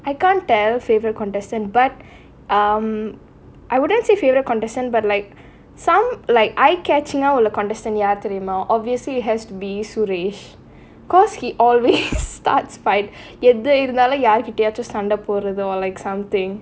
I can't tell favourite contestant but um I wouldn't say favourite contestant but like some like eye catching ah உள்ள:ulla contestant யாரு தெரியுமா:yaaru theriyumaa obviously has to be suresh because he always starts fight எது இருத்தாலும் யாரு கிட்டயாச்சும் சண்ட போடுறது:ethu irunthaalum yaaru kittayaachum sanda podurathu like something